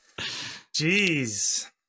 Jeez